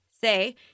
Say